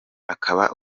akaba